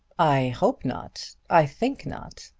i hope not. i think not.